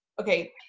Okay